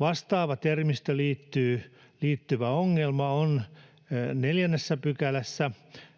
Vastaava termistöön liittyvä ongelma on 4 §:ssä,